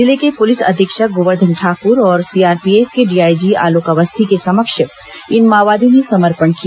जिले के पुलिस अधीक्षक गोवर्धन ठाकुर और सीआरपीएफ के डीआईजी आलोक अवस्थी के समक्ष इन माओवादियों ने समर्पण किया